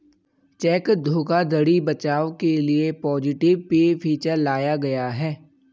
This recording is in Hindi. चेक धोखाधड़ी बचाव के लिए पॉजिटिव पे फीचर लाया गया है